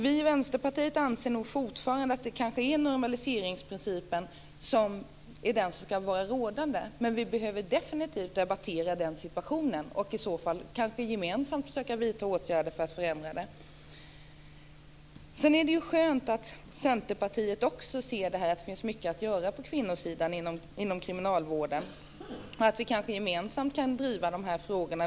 Vi i Vänsterpartiet anser nog fortfarande att det kanske är normaliseringsprincipen som ska vara rådande, men vi behöver definitivt debattera situationen och kanske gemensamt försöka vidta åtgärder för att förändra den. Det är skönt att också Centerpartiet ser att det finns mycket att göra på kvinnosidan inom kriminalvården och att vi kanske gemensamt kan driva dessa frågor.